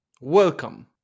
welcome